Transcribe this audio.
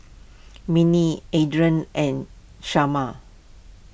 Mindi andrae and